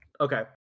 Okay